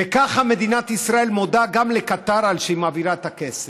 וככה מדינת ישראל מודה לקטאר על שהיא מעבירה את הכסף.